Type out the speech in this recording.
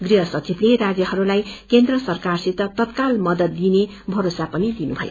गृह सचिवले राज्यहरूलाईकेन्द्र सरकारसित तत्काल मदद दिइने भरोसा दिलाउनुभयो